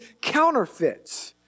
counterfeits